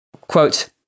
quote